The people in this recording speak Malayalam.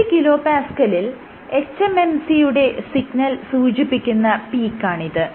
10kPa ലിൽ hMSC യുടെ സിഗ്നൽ സൂചിപ്പിക്കുന്ന പീക്കാണിത്